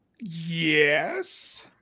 Yes